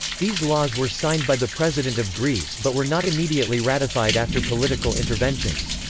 these laws were signed by the president of greece but were not immediately ratified after political interventions.